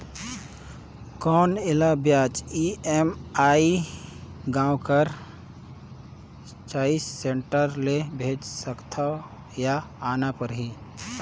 कौन एला ब्याज ई.एम.आई गांव कर चॉइस सेंटर ले भेज सकथव या आना परही?